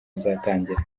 bizatangira